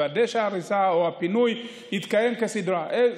לוודא שההריסה או הפינוי יתקיים כסדרו.